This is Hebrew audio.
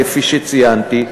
כפי שציינתי,